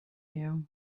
you